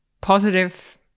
positive